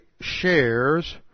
shares